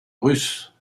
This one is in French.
russe